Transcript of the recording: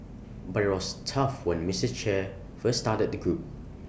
but IT was tough when Mistress Che first started the group